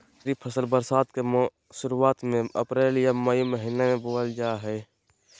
खरीफ फसल बरसात के शुरुआत में अप्रैल आ मई महीना में बोअल जा हइ